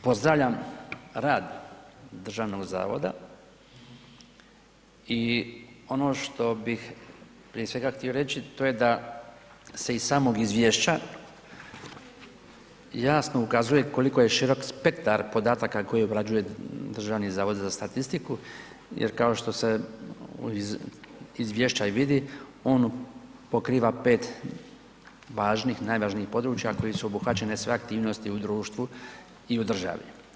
Pozdravljam rad Državnog zavoda i ono što bih prije svega htio reći a to je da se iz samog izvješća jasno ukazuje koliko je širok spektar podataka koji obrađuje Državni zavod za statistiku jer kao što se iz izvješća i vidi on pokriva 5 važnih, najvažnijih područja kojim su obuhvaćene sve aktivnosti u društvu i u državi.